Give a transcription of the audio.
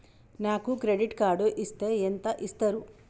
నాకు credit card ఇస్తే ఎంత ఇస్తరు?